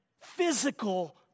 physical